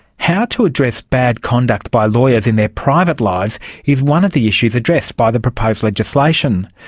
how to address bad conduct by lawyers in their private lives is one of the issues addressed by the proposed legislation.